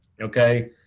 okay